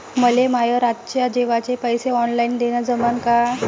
मले माये रातच्या जेवाचे पैसे ऑनलाईन देणं जमन का?